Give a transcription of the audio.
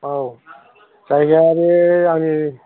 औ जायगाया बे आंनि